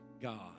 God